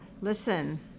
listen